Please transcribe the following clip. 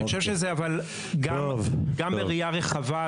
אני חושב שגם בראייה רחבה,